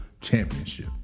championship